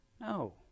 No